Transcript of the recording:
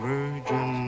Virgin